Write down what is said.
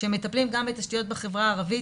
שהם מטפלים גם בתשתיות בחברה הערבית,